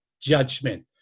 judgment